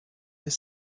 des